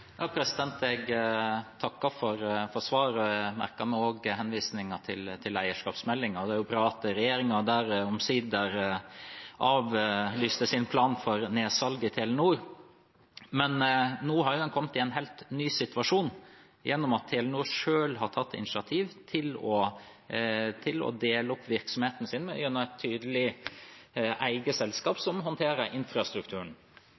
Jeg takker for svaret. Jeg merker meg også henvisningen til eierskapsmeldingen. Det er bra at regjeringen omsider avlyste sin plan for nedsalg i Telenor. Nå har en kommet i en helt ny situasjon gjennom at Telenor selv har tatt initiativ til å dele opp virksomheten sin gjennom et tydelig eget selskap